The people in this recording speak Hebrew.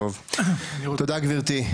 טוב, תודה גברתי.